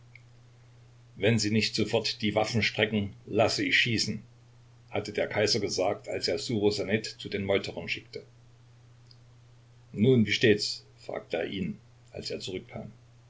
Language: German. wenn sie nicht sofort die waffen strecken lasse ich schießen hatte der kaiser gesagt als er ssuchosanet zu den meuterern schickte nun wie steht's fragte er ihn als er zurückkam